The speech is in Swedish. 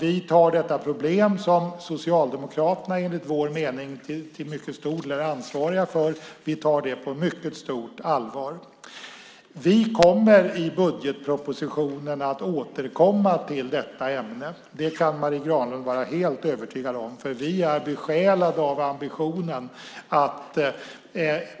Vi tar detta problem som Socialdemokraterna enligt vår mening till mycket stor del är ansvariga för på mycket stort allvar. Vi kommer i budgetpropositionen att återkomma till detta ämne. Det kan Marie Granlund vara helt övertygad om. Vi är besjälade av ambitionen att